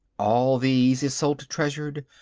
all these isolde treasured.